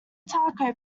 taco